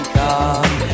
come